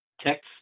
Text